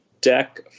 Deck